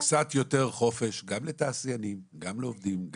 לתת קצת יותר חופש, גם לתעשיינים, גם לעובדים.